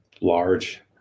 large